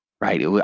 right